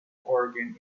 oregon